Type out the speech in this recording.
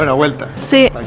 ah we'll but say like